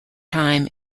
time